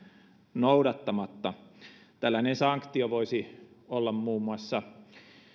noudattamatta tällainen sanktio voisi olla muun muassa